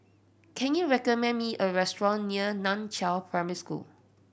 can you recommend me a restaurant near Nan Chiau Primary School